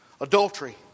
Adultery